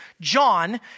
John